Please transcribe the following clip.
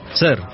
Sir